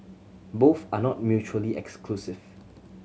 both are not mutually exclusive